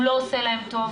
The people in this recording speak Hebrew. הוא לא עושה להם טוב.